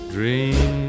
Dream